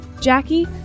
Jackie